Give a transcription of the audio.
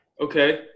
Okay